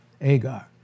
Agar